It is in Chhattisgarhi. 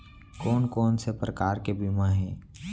कोन कोन से प्रकार के बीमा हे?